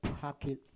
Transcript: pocket